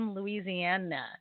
Louisiana